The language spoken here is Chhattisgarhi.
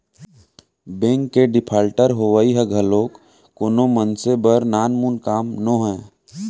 बेंक के डिफाल्टर होवई ह घलोक कोनो मनसे बर नानमुन काम नोहय